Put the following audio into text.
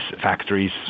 factories